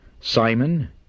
Simon